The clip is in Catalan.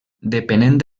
depenent